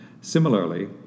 Similarly